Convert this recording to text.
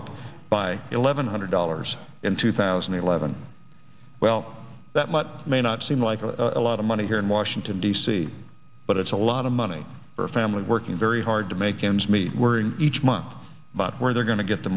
up by eleven hundred dollars in two thousand and eleven well that much may not seem like a lot of money here in washington d c but it's a lot of money for families working very hard to make ends meet worrying each month about where they're going to get the